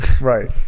Right